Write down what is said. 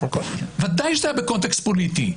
בוודאי זה היה בקונטקסט פוליטי.